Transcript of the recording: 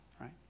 right